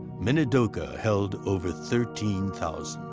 minidoka held over thirteen thousand.